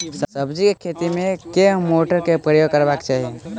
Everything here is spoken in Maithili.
सब्जी केँ खेती मे केँ मोटर केँ प्रयोग करबाक चाहि?